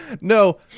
No